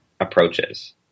approaches